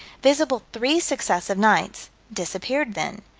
visible three successive nights disappeared then.